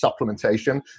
supplementation